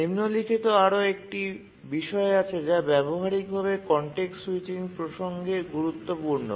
নিম্নলিখিত আরও একটি বিষয় আছে যা ব্যবহারিকভাবে কনটেক্সট স্যুইচিং প্রসঙ্গে গুরুত্বপূর্ণ